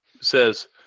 says